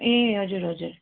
ए हजुर हजुर